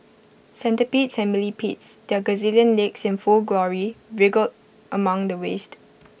centipedes and millipedes their gazillion legs in full glory wriggled among the waste